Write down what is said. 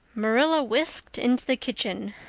marilla whisked into the kitchen,